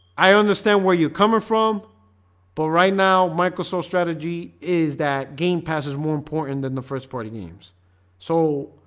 i understand where you're coming from but right now microsoft strategy is that game pass is more important than the first party games so